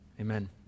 Amen